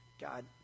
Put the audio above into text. God